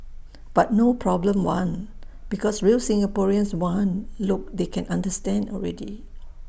but no problem one because real Singaporeans one look they can understand already